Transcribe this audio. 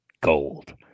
gold